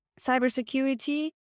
cybersecurity